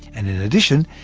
and in addition,